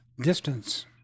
Distance